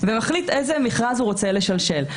ומחליט לאיזה מכרז הוא רוצה לשלשל.